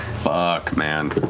fuck, man.